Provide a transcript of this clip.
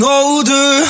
older